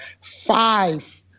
five